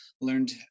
Learned